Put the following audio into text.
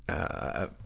ah,